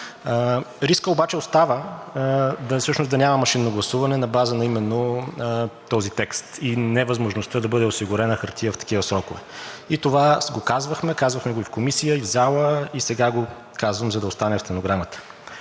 Рискът обаче остава всъщност да няма машинно гласуване на база именно този текст и невъзможността да бъде осигурена хартия в такива срокове. Това го казвахме – казвахме го и в Комисията, и в залата, и сега го казвам, за да остане в стенограмата.